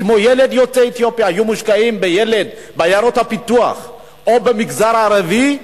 בילד יוצא אתיופיה היו מושקעים בילד בעיירות הפיתוח או במגזר הערבי,